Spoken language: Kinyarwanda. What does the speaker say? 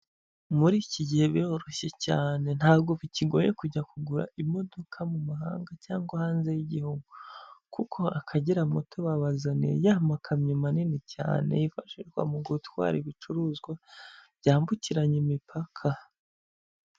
Muri iki gihe biroroshye cyane, ntabwo bikigoye kujya kugura imodoka mu mahanga cyangwa hanze y'igihugu, kuko akagera muto babazaniye ya makamyo manini cyane yifashishwa mu gutwara ibicuruzwa byambukiranya imipaka.